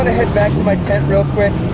and head back to my tent real quick.